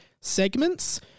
segments